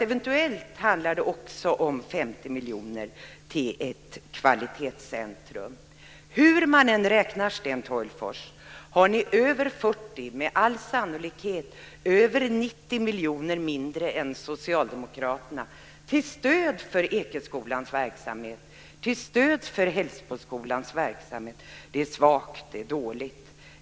Eventuellt handlar det om att anslå 50 Hur man än räknar, Sten Tolgfors, har ni över 40 miljoner, med all sannolikhet över 90 miljoner, mindre än Socialdemokraterna till stöd för Ekeskolans och Hällsboskolans verksamhet. Det är svagt. Det är dåligt.